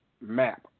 map